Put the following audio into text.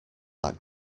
that